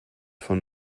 von